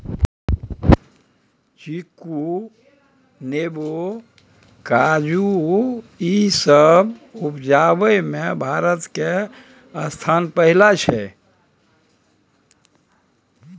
चीकू, नेमो, काजू ई सब उपजाबइ में भारत के स्थान पहिला छइ